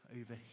over